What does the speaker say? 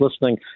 listening